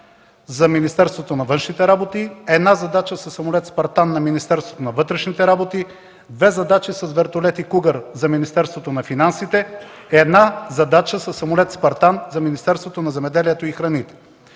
за Министерството на външните работи, една задача със самолет „Спартан” на Министерството на вътрешните работи, две задачи с вертолети „Кугър” за Министерството на финансите, една задача със самолет „Спартан” за Министерството на земеделието и храните.